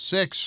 Six